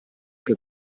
que